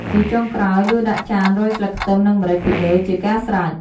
ជាចុងក្រោយ ដួសដាក់ចានរោយស្លឹកខ្ទឹម និងម្រេចពីលើជាការស្រេច។